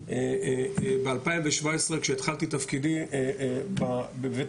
ב-2017 כשהתחלתי את תפקידי הייתי בביקור בבית